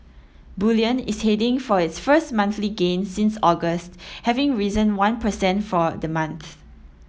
bullion is heading for its first monthly gain since August having risen one per cent for the month